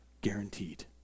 guaranteed